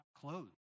clothes